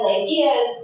ideas